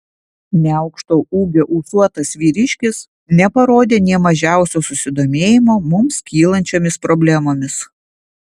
neaukšto ūgio ūsuotas vyriškis neparodė nė mažiausio susidomėjimo mums kylančiomis problemomis